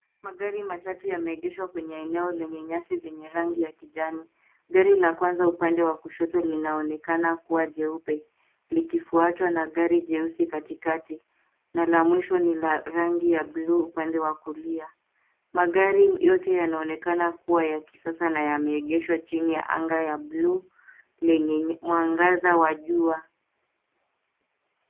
Magari matatu yameegeshwa kwenye eneo lenye nyasi zenye rangi ya kijani. Gari la kwanza upande wa kushoto linaonekana kuwa jeupe, likifuatwa na gari jeusi katikati na la mwisho ni la rangi ya bluu upande wa kulia. Magari yote yanaonekana kuwa ya kisasa na yameegeshwa chini ya anga ya bluu lenye mwangaza wa jua.